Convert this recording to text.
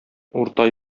урта